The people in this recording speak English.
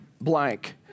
blank